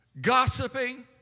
gossiping